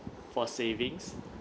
for savings